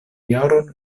jaron